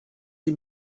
sie